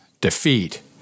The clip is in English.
defeat